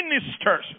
ministers